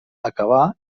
acabà